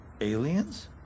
Aliens